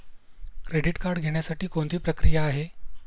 Credit card घेण्यासाठी कोणती प्रक्रिया आहे?